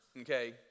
okay